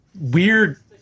weird